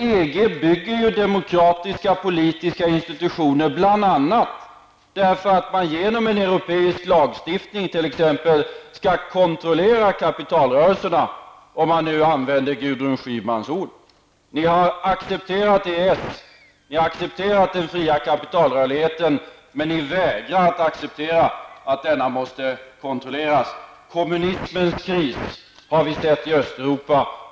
EG bygger demokratiska och politiska institutioner bl.a. därför att man genom en europeisk lagstiftning t.ex. skall kontrollera kapitalrörelserna, för att nu använda Gudrun Schymans ord. Ni har accepterat EES. Ni accepterar den fria kapitalrörligheten, men ni vägrar att acceptera att detta måste kontrolleras. Kommunismens kris har vi sett i Östeuropa.